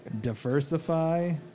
diversify